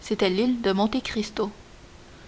c'était l'île de monte cristo